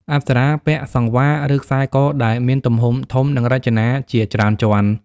អប្សរាពាក់ "សង្វារ" ឬខ្សែកដែលមានទំហំធំ និងរចនាជាច្រើនជាន់។